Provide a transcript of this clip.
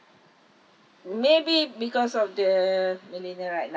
maybe because of the millennial right